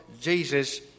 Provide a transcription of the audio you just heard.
Jesus